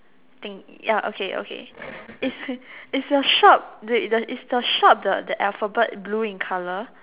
thing ya okay okay is is your shop the the is your shop the the Alphabet blue in colour